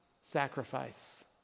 sacrifice